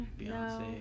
Beyonce